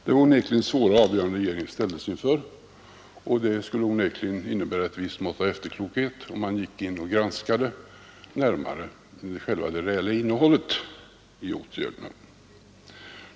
Det var onekligen svåra avgöranden regeringen ställdes inför, och det skulle utan tvivel innebära ett visst mått av efterklokhet om man gick in och närmare granskade själva det reella innehållet i åtgärderna.